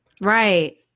Right